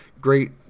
great